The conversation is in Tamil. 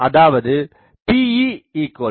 அதாவது Pe Ph